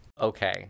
okay